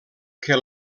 que